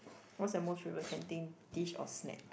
what's your most favourite canteen dish or snack